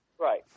Right